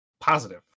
Positive